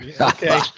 Okay